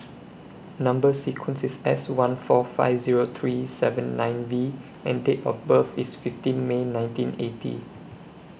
Number sequence IS S one four five Zero three seven nine V and Date of birth IS fifteen May nineteen eighty